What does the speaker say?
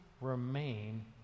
remain